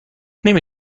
نمی